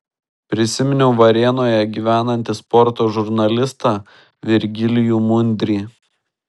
prisiminiau varėnoje gyvenantį sporto žurnalistą virgilijų mundrį